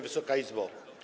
Wysoka Izbo!